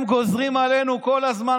הם גוזרים עלינו כל הזמן,